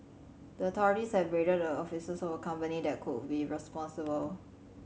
the authorities have raided the offices of a company that could be responsible